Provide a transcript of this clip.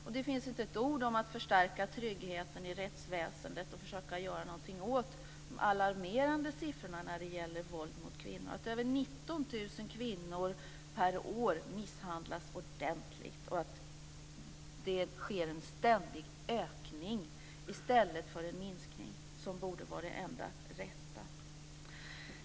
Och det finns inte ett ord om att förstärka tryggheten i rättsväsendet och försöka göra något åt de alarmerande siffrorna när det gäller våld mot kvinnor, att över 19 000 kvinnor per år misshandlas ordentligt och att det sker en ständig ökning i stället för en minskning, vilket borde vara det enda rätta.